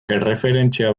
erreferentzia